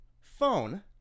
phone